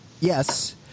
yes –